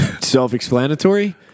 self-explanatory